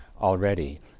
already